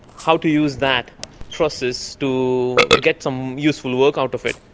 how to use that process to get some useful work out of it.